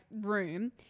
room